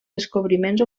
descobriments